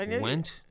Went